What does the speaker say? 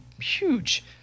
huge